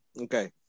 Okay